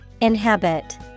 inhabit